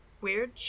weird